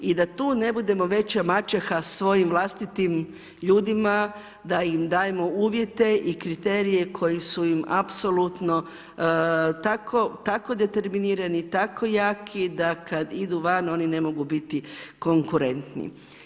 I da tu ne budemo veća maćeha svojim vlastitim ljudima, da im dajemo uvjete i kriterije koji su im apsolutno tako determinirani, tako jako da kada idu van oni ne mogu biti konkurentni.